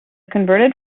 converted